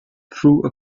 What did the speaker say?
through